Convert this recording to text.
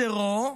בביתו או בחצרו,